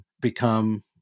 become